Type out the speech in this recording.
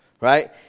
right